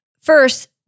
First